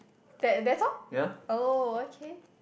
that that's all oh okay